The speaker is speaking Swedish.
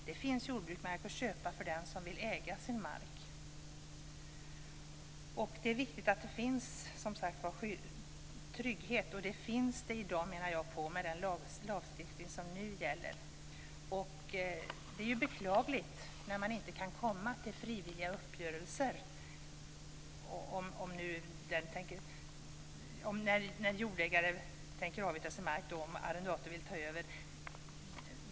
Det finns jordbruk att köpa för den som vill äga sin mark. Det är viktigt att det finns trygghet. Jag menar att tryggheten finns med den lagstiftning som nu gäller. Det är beklagligt när det inte går att komma till frivilliga uppgörelser när jordägare vill avyttra sin mark och arrendator vill ta över.